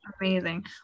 Amazing